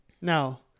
Now